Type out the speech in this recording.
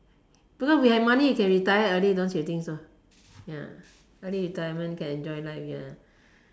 don't know we have money we can retire early don't you think so ya early retirement can enjoy life ya